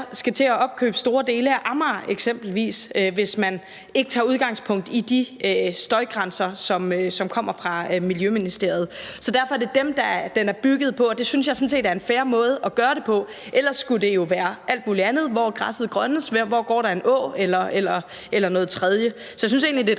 skal til at opkøbe store dele af Amager eksempelvis, hvis man ikke tager udgangspunkt i de støjgrænser, som kommer fra Miljøministeriet. Så derfor er det dem, den er bygget på, og det synes jeg sådan set er en fair måde at gøre det på, for ellers skulle det jo være alt muligt andet – hvor græsset er grønnest, hvor der går en å, eller noget tredje. Så jeg synes egentlig, det er et